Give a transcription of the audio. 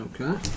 Okay